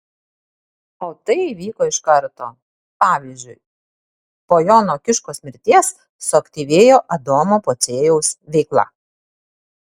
o tai įvyko iš karto pavyzdžiui po jono kiškos mirties suaktyvėjo adomo pociejaus veikla